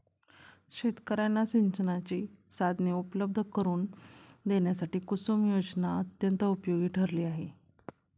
शेतकर्यांना सिंचनाची साधने उपलब्ध करून देण्यासाठी कुसुम योजना अत्यंत उपयोगी ठरली आहे